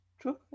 true